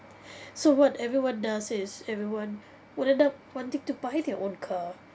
so what everyone does is everyone would end up wanting to buy their own car